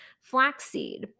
flaxseed